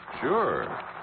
sure